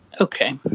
Okay